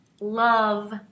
love